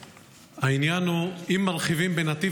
העניין הוא שאם מרחיבים נתיב